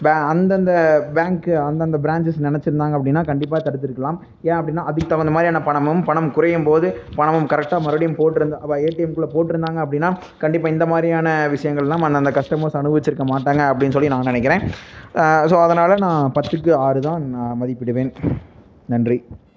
பே அந்தந்த பேங்க்கு அந்தந்த ப்ராஞ்ச்சஸ் நினச்சிருந்தாங்க அப்படின்னா கண்டிப்பாக தடுத்திருக்கலாம் ஏன் அப்படின்னா அதுக்கு தகுந்த மாதிரியான பணமும் பணம் குறையும்போது பணமும் கரெக்டாக மறுபடியும் போட்டிருந்தா அப்போ ஏடிஎம்குள்ள போட்டிருந்தாங்க அப்படின்னா கண்டிப்பாக இந்த மாதிரியான விஷயங்கள்லாம் அந்தந்த கஸ்டமர்ஸ் அனுபவிச்சிருக்க மாட்டாங்க அப்படின்னு சொல்லி நான் நினைக்கிறேன் ஸோ அதனால் நான் பத்துக்கு ஆறு தான் நான் மதிப்பிடுவேன் நன்றி